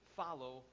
follow